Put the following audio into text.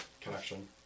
Connection